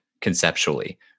conceptually